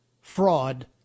fraud